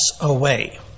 away